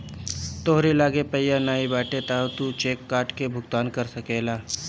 तोहरी लगे पइया नाइ बाटे तअ तू चेक काट के भुगतान कर सकेला